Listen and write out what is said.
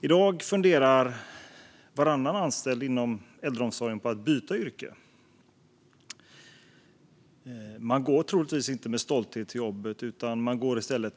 I dag funderar varannan anställd inom äldreomsorgen på att byta yrke. Man går troligtvis inte till jobbet med stolthet utan